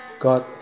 God